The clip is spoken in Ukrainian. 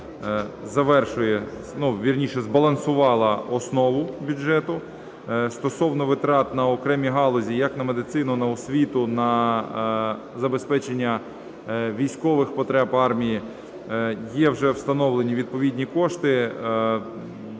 збалансувало основу бюджету. Стосовно витрат на окремі галузі, як на медицину, на освіту, на забезпечення військових потреб армії є вже встановлені відповідні кошти.